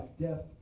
death